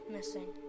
Missing